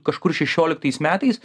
kažkur šešioliktais metais